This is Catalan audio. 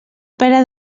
pera